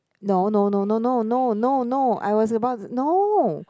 no no no no no no no no I was about no